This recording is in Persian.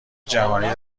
جهانی